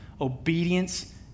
Obedience